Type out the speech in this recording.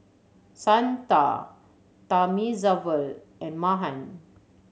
Santha Thamizhavel and Mahan